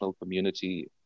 community